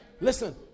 Listen